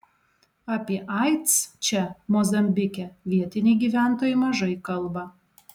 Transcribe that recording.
apie aids čia mozambike vietiniai gyventojai mažai kalba